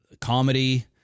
comedy